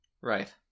Right